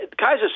Kaiser